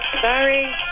sorry